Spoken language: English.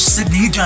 Sydney